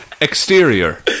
Exterior